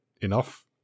enough